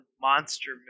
monster